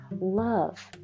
love